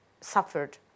suffered